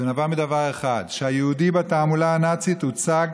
זה נבע מדבר אחד: שהיהודי בתעמולה הנאצית הוצג